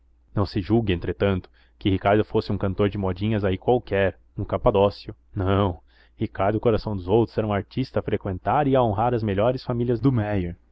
não se julgue entretanto que ricardo fosse um cantor de modinhas aí qualquer um capadócio não ricardo coração dos outros era um artista a freqüentar e a honrar as melhores famílias do méier